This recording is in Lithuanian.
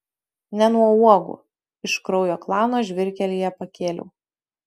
ne nuo uogų iš kraujo klano žvyrkelyje pakėliau